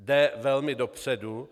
Jde velmi dopředu.